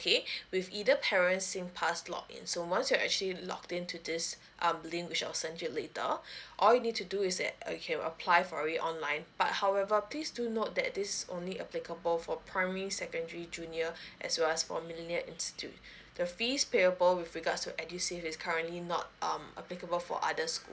okay with either parents singpass log in so once you're actually logged in to this um link which I'll send you later all you need to do is that uh okay you can apply for it online but however please do note that this is only applicable for primary secondary junior as well as for millions to the fees payable with regards to edusave is currently not um applicable for other school